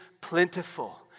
plentiful